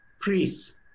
priests